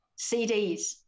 CDs